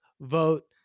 vote